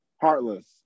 Heartless